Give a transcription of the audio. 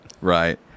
Right